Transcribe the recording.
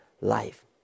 life